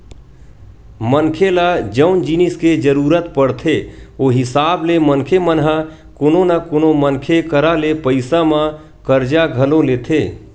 मनखे ल जउन जिनिस के जरुरत पड़थे ओ हिसाब ले मनखे मन ह कोनो न कोनो मनखे करा ले पइसा म करजा घलो लेथे